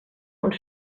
und